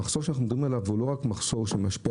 המחסור שאנחנו מדברים עליו הוא לא רק מחסור שמשפיע,